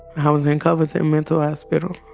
i was in covington mental hospital